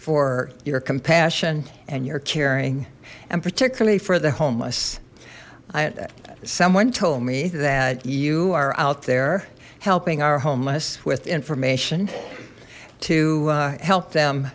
for your compassion and your caring and particularly for the homeless i someone told me that you are out there helping our homeless with information to help them